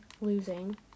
losing